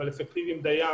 אבל אפקטיביים דיים